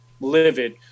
livid